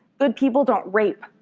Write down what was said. good people don't rape,